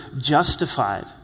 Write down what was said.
justified